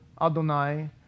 Adonai